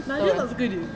betul